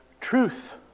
truth